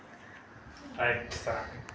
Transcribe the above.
thanks sir